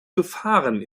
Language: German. gefahren